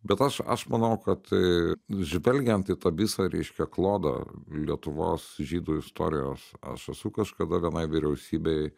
bet aš aš manau kad tai žvelgiant į tą visą reiškia klodą lietuvos žydų istorijos aš esu kažkada vienai vyriausybei